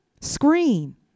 scream